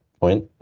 point